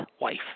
wife